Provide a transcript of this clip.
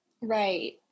Right